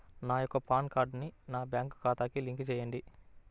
నా యొక్క పాన్ కార్డ్ని నా బ్యాంక్ ఖాతాకి లింక్ చెయ్యండి?